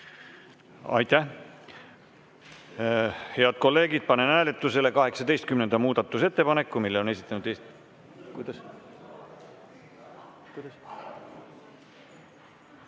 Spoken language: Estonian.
Aitäh! Head kolleegid, panen hääletusele 18. muudatusettepaneku, mille on esitanud ...